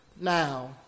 Now